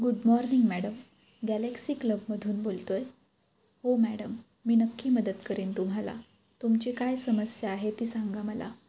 good morning madam galaxy क्लबमधून बोलतो आहे हो मॅडम मी नक्की मदत करेन तुम्हाला तुमची काय समस्या आहे ती सांगा मला